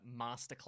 Masterclass